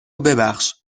ببخش